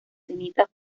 cenizas